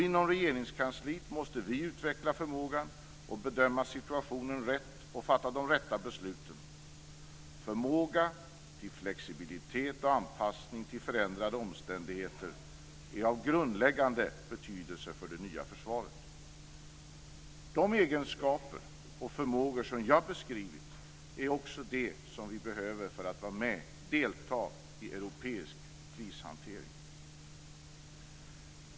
Inom Regeringskansliet måste vi utveckla förmågan att bedöma situationen rätt och fatta de rätta besluten. Förmåga till flexibilitet och anpassning till förändrade omständigheter är av grundläggande betydelse för det nya försvaret. De egenskaper och förmågor som jag har beskrivit är också det som vi behöver för att delta i europeisk krishantering.